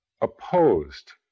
opposed